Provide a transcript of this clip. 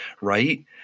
right